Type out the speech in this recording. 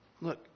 Look